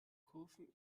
kurven